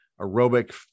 aerobic